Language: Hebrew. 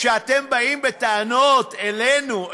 כשאתם באים בטענות אלינו,